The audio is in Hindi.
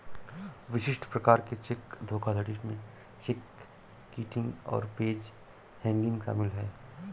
विशिष्ट प्रकार के चेक धोखाधड़ी में चेक किटिंग और पेज हैंगिंग शामिल हैं